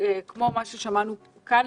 כמו הדברים ששמענו כאן,